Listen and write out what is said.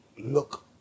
look